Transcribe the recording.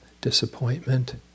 disappointment